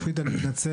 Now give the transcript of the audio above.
ראשית אני מתנצל,